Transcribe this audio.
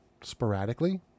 sporadically